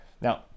Now